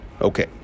Okay